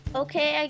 okay